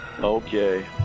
Okay